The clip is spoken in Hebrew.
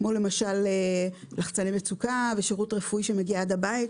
כמו למשל לחצני מצוקה ושירות רפואי שמגיע עד הבית.